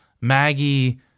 Maggie